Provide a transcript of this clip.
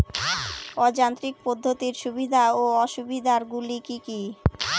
অযান্ত্রিক পদ্ধতির সুবিধা ও অসুবিধা গুলি কি কি?